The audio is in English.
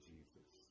Jesus